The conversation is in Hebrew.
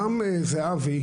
רם זהבי,